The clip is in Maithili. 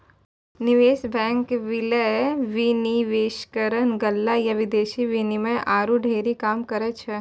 निवेश बैंक, विलय, विनिवेशकरण, गल्ला या विदेशी विनिमय आरु ढेरी काम करै छै